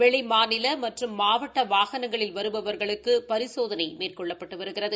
வெளி மாநில மற்றும் மாவட்ட வாகனங்களில் வருபவா்களுக்கு பரிசோதனை மேற்கொள்ளப்பட்டு வருகிறது